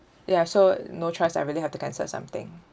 ya so no choice I really have to cancel something